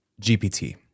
GPT